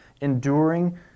Enduring